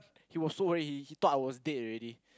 he was so worry he thought I was died already